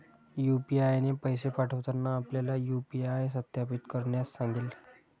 UPI ने पैसे पाठवताना आपल्याला यू.पी.आय सत्यापित करण्यास सांगेल